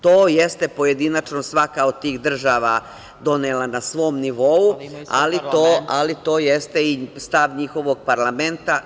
To jeste pojedinačno svaka od tih država donela na svom nivou, ali to jeste i stav njihovog parlamenta.